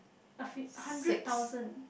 a few a hundred thousand